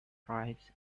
stripes